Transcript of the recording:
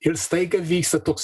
ir staiga vyksta toks